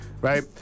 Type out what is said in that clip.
right